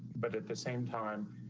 but at the same time,